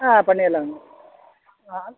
ஆ பண்ணிடலாங்க ஆ ஆ